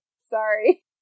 sorry